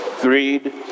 greed